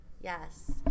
yes